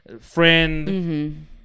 friend